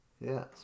Yes